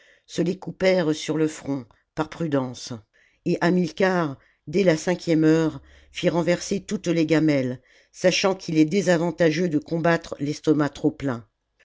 se les coupèrent sur le front par prudence et hamilcar dès la cinquième heure fit renverser toutes les gamelles sachant qu'il est désavantageux de combattre l'estomac trop plein